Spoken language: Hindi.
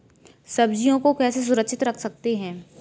सब्जियों को कैसे सुरक्षित रख सकते हैं?